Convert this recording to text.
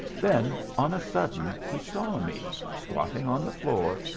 then, on a sudden, he saw me, squatting on the floor,